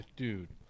dude